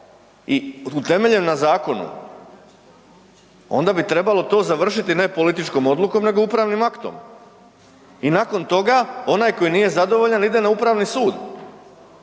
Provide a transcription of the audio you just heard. i temeljen na zakonu, onda bi trebalo to završiti ne političkom odlukom nego upravnim aktom i nakon toga onaj koji nije zadovoljan ide na upravni sud.